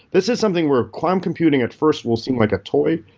this is something where quantum computing at first will seem like a toy.